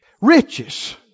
riches